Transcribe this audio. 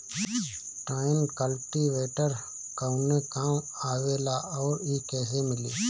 Tine cultivator कवने काम आवेला आउर इ कैसे मिली?